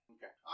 Okay